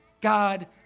God